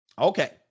Okay